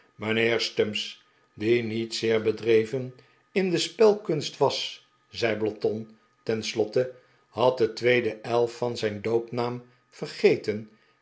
mijnheer stumps die niet zeer bedreven in de spelkunst was zei blotton ten slotte had de tweede l van zijn doopnaam vergeten